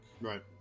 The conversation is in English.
Right